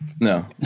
No